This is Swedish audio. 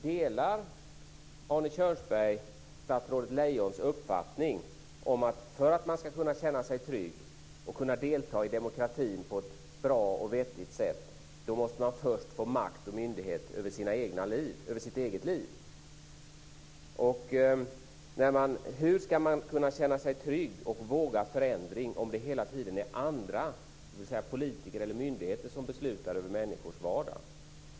Delar Arne Kjörnsberg statsrådet Lejons uppfattning att man, för att kunna känna sig trygg och kunna delta i demokratin på ett bra och vettigt sätt, först måste få makt och myndighet över sitt eget liv? Men hur ska man kunna känna sig trygg och våga förändring om det hela tiden är andra, dvs. politiker eller myndigheter, som beslutar över människors vardag?